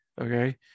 okay